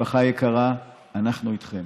משפחה יקרה, אנחנו איתכם.